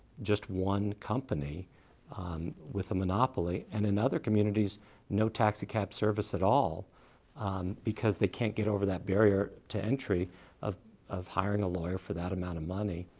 just one company with a monopoly, and in other communities no taxicab service at all because they can't get over that barrier to entry of of hiring a lawyer for that amount of money.